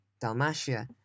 Dalmatia